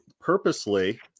purposely